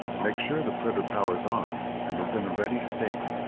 make sure the printer powers on and is in a ready state.